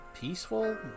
peaceful